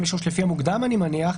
לפי המוקדם אני מניח,